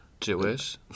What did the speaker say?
Jewish